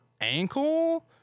ankle